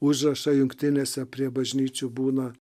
užrašą jungtinėse prie bažnyčių būna